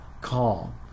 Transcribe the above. call